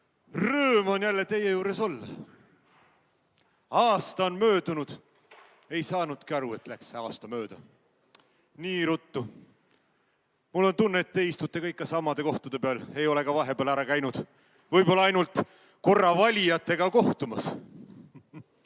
Rõõm on jälle teie juures olla! Aasta on möödunud, aga ei saanudki aru, et see aasta mööda läks. Nii ruttu! Mul on tunne, et te istute kõik ikka samade kohtade peal, ei ole vahepeal ära käinud, võib-olla ainult korra valijatega kohtumas.